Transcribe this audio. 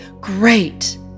Great